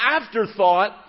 afterthought